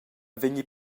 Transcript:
vegni